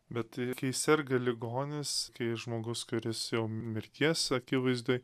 bet tai kai serga ligonis kai žmogus kuris jau mirties akivaizdoj